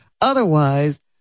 Otherwise